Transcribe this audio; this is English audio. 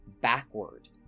backward